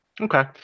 Okay